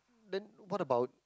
then what about